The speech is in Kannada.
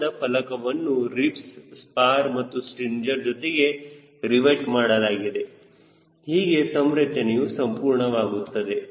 ಚರ್ಮದ ಫಲಕವನ್ನು ರಿಬ್ಸ್ ಸ್ಪಾರ್ ಮತ್ತು ಸ್ಟ್ರಿಂಜರ್ ಜೊತೆಗೆ ರಿವೆಟ್ ಮಾಡಲಾಗಿದೆ ಹೀಗೆ ಸಂರಚನೆಯು ಸಂಪೂರ್ಣವಾಗುತ್ತದೆ